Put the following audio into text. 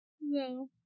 No